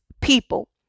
people